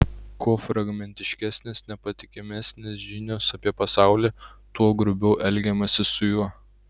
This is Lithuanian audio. kuo fragmentiškesnės nepatikimesnės žinios apie pasaulį tuo grubiau elgiamasi su juo